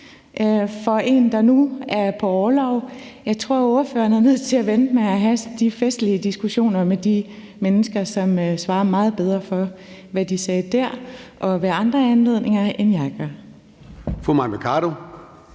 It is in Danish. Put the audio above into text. for en, der nu er på orlov. Jeg tror, at ordføreren er nødt til at vente med at have de festlige diskussioner med de mennesker, som svarer meget bedre for, hvad de sagde der og ved andre anledninger, end jeg gør. Kl. 13:34 Formanden